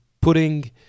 putting